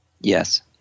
Yes